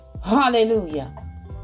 Hallelujah